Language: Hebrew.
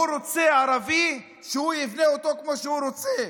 הוא רוצה ערבי שהוא יבנה אותו כמו שהוא רוצה.